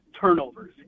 turnovers